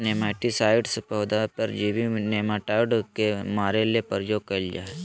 nematicides पौधा परजीवी nematode के मारे ले प्रयोग कयल जा हइ